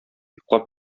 йоклап